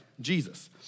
Jesus